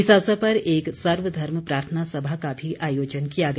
इस अवसर पर एक सर्वधर्म प्रार्थना सभा का भी आयोजन किया गया